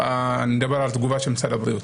אני מדבר על התגובה של משרד הבריאות.